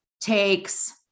takes